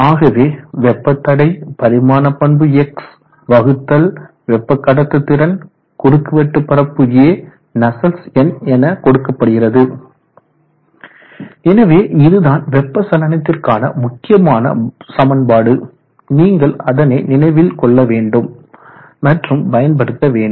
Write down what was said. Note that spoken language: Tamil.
ஆகவே வெப்ப தடை பரிமாண பண்பு X வகுத்தல் வெப்ப கடத்துதிறன் குறுக்குவெட்டு பரப்பு A நஸ்சல்ட்ஸ் எண் என கொடுக்கப்படுகிறது எனவே இதுதான் வெப்ப சலனத்திற்கான முக்கியமான சமன்பாடு நீங்கள் அதனை நினைவில் கொள்ள வேண்டும் மற்றும் பயன்படுத்த வேண்டும்